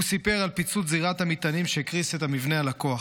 הוא סיפר על פיצוץ זירת המטענים שהקריס את המבנה על הכוח.